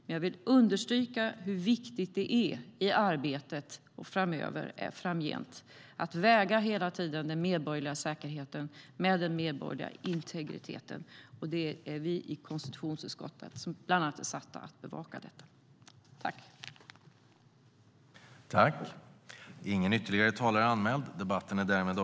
Men jag vill understryka hur viktigt det är i arbetet framgent att hela tiden väga den medborgerliga säkerheten mot den medborgerliga integriteten. Och det är vi i konstitutionsutskottet som bland annat är satta att bevaka detta.